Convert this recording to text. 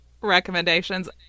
Recommendations